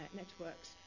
networks